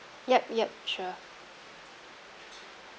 yup yup sure